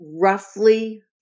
roughly